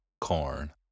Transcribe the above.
corn